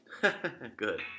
Good